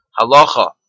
halacha